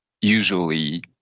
usually